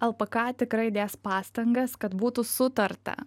lpk tikrai dės pastangas kad būtų sutarta